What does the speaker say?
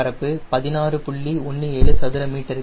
17 சதுர மீட்டர்கள்